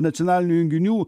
nacionalinių junginių